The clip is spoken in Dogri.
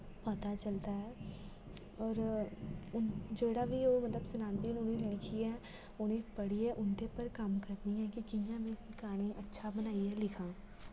पता चलदा ऐ और जेह्ड़ा बी होग सब सनांदे न उने दिक्खिये उने पढ़िये उंदे उप्पर कम्म करनी आं कि कियां में इस्सी गाने दी अच्छा बनाइयै लिखां